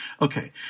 Okay